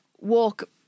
walk